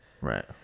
Right